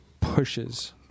pushes